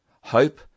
hope